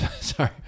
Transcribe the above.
sorry